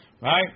Right